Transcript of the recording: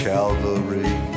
Calvary